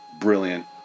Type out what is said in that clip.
brilliant